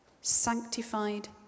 sanctified